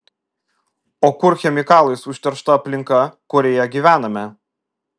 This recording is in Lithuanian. o kur chemikalais užteršta aplinka kurioje gyvename